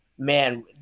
Man